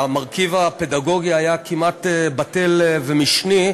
והמרכיב הפדגוגי היה כמעט בטל ומשני.